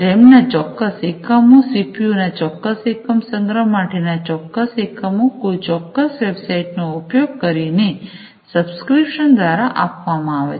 રેમના ચોક્કસ એકમો સીપીયુ ના ચોક્કસ એકમ સંગ્રહ માટેના ચોક્કસ એકમો કોઈ ચોક્કસ વેબસાઇટ નો ઉપયોગ કરીને સબ્સ્ક્રીપ્શન દ્વારા આપવામાં આવે છે